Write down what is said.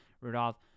Rudolph